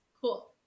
Cool